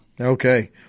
Okay